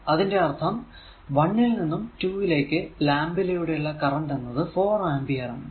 അതിന്റെ അർഥം 1 ൽ നിന്നും 2 ലേക്ക് ലാമ്പ് ലൂടെ യുള്ള കറന്റ് എന്നത് 4 ആമ്പിയർ ആണ്